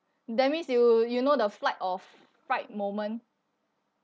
that means you you know the flight of fright moment